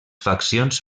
faccions